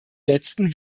letzten